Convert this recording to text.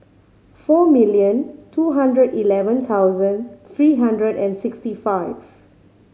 four million two hundred eleven thousand three hundred and sixty five